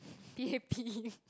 P_A_P